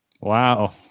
Wow